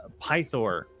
pythor